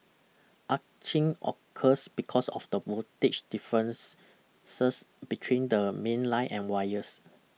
arcing occurs because of the voltage difference between the mainline and wires